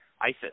ISIS